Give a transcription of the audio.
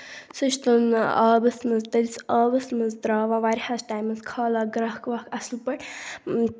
سُہ چھِ تِم آبَس مَنٛز تٔتِس آبَس مَنٛز ترٛاوان واریِاہَس ٹایمَس کھالان گرٛیٚکھ ویٚکھ اصٕل پٲٹھۍ